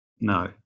No